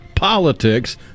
politics